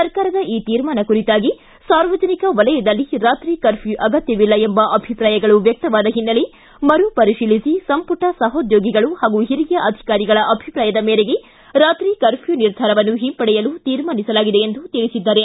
ಸರ್ಕಾರದ ಈ ತೀರ್ಮಾನ ಕುರಿತಾಗಿ ಸಾರ್ವಜನಿಕ ವಲಯದಲ್ಲಿ ರಾತ್ರಿ ಕರ್ಫ್ಯೂ ಅಗತ್ಯವಿಲ್ಲ ಎಂಬ ಅಭಿಪ್ರಾಯಗಳು ವ್ಯಕ್ತವಾದ ಹಿನ್ನೆಲೆ ಮರುಪರಿಶೀಲಿಸಿ ಸಂಪುಟ ಸಹೋದ್ಯೋಗಿಗಳ ಹಾಗೂ ಹಿರಿಯ ಅಧಿಕಾರಿಗಳ ಅಭಿಪ್ರಾಯದ ಮೇರೆಗೆ ರಾತ್ರಿ ಕರ್ಫ್ಯೂ ನಿರ್ಧಾರವನ್ನು ಹಿಂಪಡೆಯಲು ತೀರ್ಮಾನಿಸಲಾಗಿದೆ ಎಂದು ತಿಳಿಸಿದ್ದಾರೆ